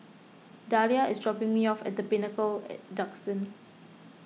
Dalia is dropping me off at the Pinnacle at Duxton